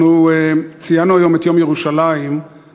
אנחנו ציינו היום את יום ירושלים בשורה